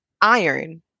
iron